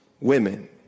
women